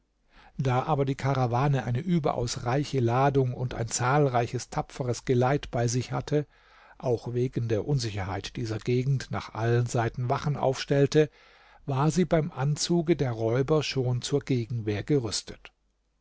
da aber die karawane eine überaus reiche ladung und ein zahlreiches tapferes geleit bei sich hatte auch wegen der unsicherheit dieser gegend nach allen seiten wachen aufstellte war sie beim anzuge der räuber schon zur gegenwehr gerüstet